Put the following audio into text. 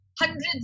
hundreds